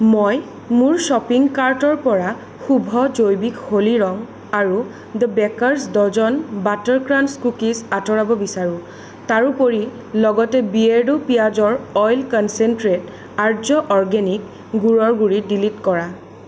মই মোৰ শ্বপিং কাৰ্টৰ পৰা শুভ জৈৱিক হ'লি ৰং আৰু the bakers dozen butter crunch cookies আতৰাব বিচাৰো তাৰোপৰি লগতে বিয়েৰ্ডো পিঁয়াজৰ অইল কন্চেনট্ৰেট আৰ্য অৰ্গেনিক গুড়ৰ গুড়ি ডিলিট কৰা